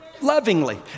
Lovingly